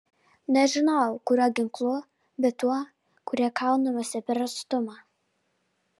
nežinojau kuriuo ginklu bet tuo kuriuo kaunamasi per atstumą